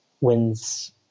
wins